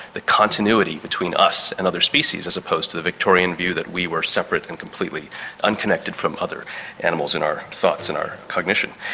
the continuity between us and other species as opposed to the victorian view that we were separate and completely unconnected from other animals in our thoughts and our cognition.